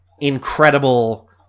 incredible